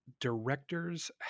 Directors